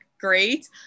great